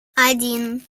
один